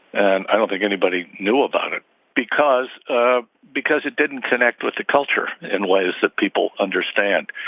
and i don't think anybody knew about it because ah because it didn't connect with the culture in ways that people understand.